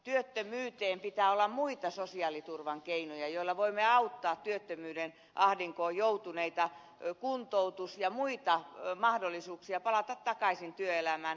työttömyyteen pitää olla muita sosiaaliturvan keinoja joilla voimme auttaa työttömyyden ahdinkoon joutuneita kuntoutus ja muita mahdollisuuksia palata takaisin työelämään